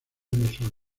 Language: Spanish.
emerson